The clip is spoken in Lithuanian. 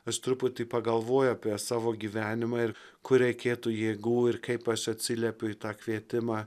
aš truputį pagalvoju apie savo gyvenimą ir kur reikėtų jėgų ir kaip aš atsiliepiu į tą kvietimą